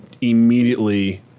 immediately